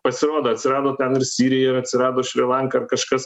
pasirodo atsirado ten ir sirija ir atsirado šri lanka kažkas